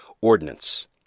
Ordinance